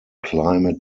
climate